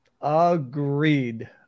Agreed